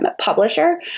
publisher